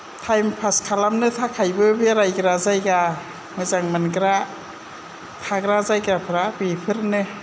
थायम फास खालामनो थाखायबो बेरायग्रा जायगा मोजां मोनग्रा थाग्रा जायगाफोरा बेफोरनो